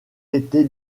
été